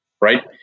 right